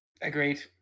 Agreed